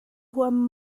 huam